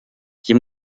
hier